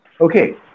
okay